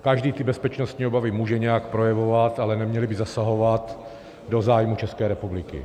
Každý ty bezpečnostní obavy může nějak projevovat, ale neměly by zasahovat do zájmů České republiky.